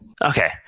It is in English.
Okay